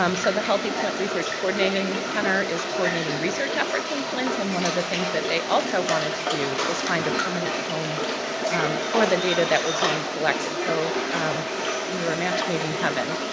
um so the healthy flint research coordinating center is coordinating research efforts in flint and one of the things that they also wanted to do was find a permanent home um for the data that were being collected. so we were a match made in heaven.